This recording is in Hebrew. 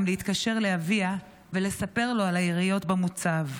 להתקשר לאביה ולספר לו על היריות במוצב.